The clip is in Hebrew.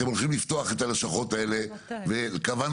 אתם הולכים לפתוח את הלשכות האלה וקבענו זמן --- מתי?